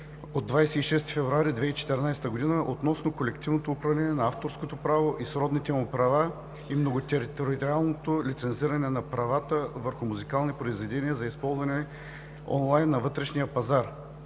от 26 февруари 2014 г. относно колективното управление на авторското право и сродните му права и многотериториалното лицензиране на правата върху музикални произведения за онлайн използване на вътрешния пазар.